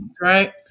right